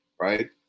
right